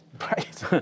Right